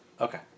Okay